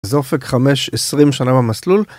זה אופק 5 - 20 שנה במסלול.